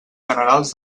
generals